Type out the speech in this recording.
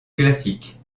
classique